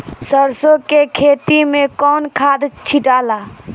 सरसो के खेती मे कौन खाद छिटाला?